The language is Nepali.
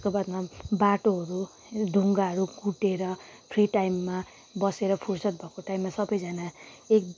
त्यसको बादमा बाटोहरू ढुङ्गाहरू कुटेर फ्री टाइममा बसेर फुर्सद भएको टाइममा सबैजाना एक